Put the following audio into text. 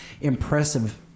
impressive